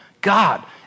God